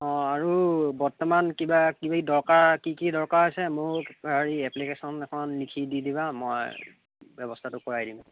অঁ আৰু বৰ্তমান কিবাকিবি দৰকাৰ কি কি দৰকাৰ হৈছে মোক হেৰি এপ্লিকেশ্যন এখন লিখি দি দিবা মই ব্যৱস্থাটো কৰাই দিম